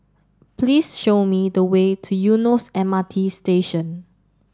please show me the way to Eunos M R T Station